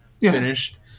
finished